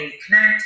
connect